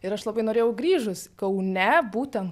ir aš labai norėjau grįžus kaune būtent